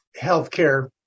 healthcare